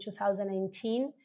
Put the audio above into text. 2019